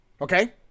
okay